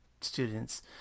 students